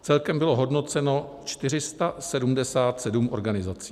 Celkem bylo hodnoceno 477 organizací.